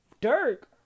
Dirk